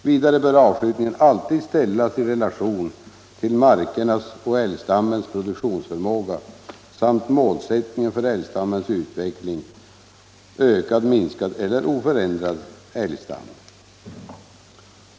Vidare bör avskjutningen alltid ställas i relation till markernas och älgstammens produktionsförmåga och målsättningen för älgstammens utveckling: ökad, minskad eller oförändrad älgstam.